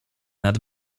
nad